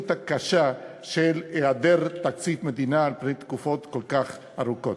הקשה של היעדר תקציב מדינה על-פני תקופות כל כך ארוכות.